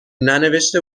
ننوشته